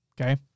okay